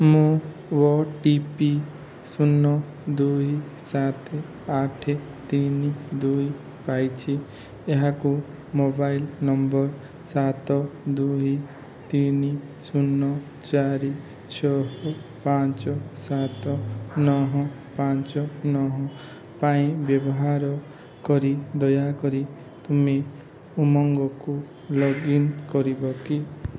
ମୁଁ O T P ଶୂନ ଦୁଇ ସାତ ଆଠ ତିନି ଦୁଇ ପାଇଛି ଏହାକୁ ମୋବାଇଲ୍ ନମ୍ବର ସାତ ଦୁଇ ତିନି ଶୂନ ଚାରି ଛଅ ପାଞ୍ଚ ସାତ ନଅ ପାଞ୍ଚ ନଅ ପାଇଁ ବ୍ୟବହାର କରି ଦୟାକରି ତୁମେ ଉମଙ୍ଗକୁ ଲଗ୍ଇନ୍ କରିବ କି